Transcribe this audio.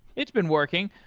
it's been working.